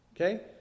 Okay